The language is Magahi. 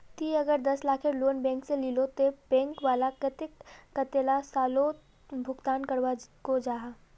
ती अगर दस लाखेर लोन बैंक से लिलो ते बैंक वाला कतेक कतेला सालोत भुगतान करवा को जाहा?